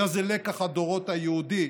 היה זה לקח הדורות היהודי